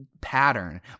pattern